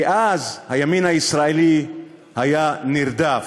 כי אז הימין הישראלי היה נרדף.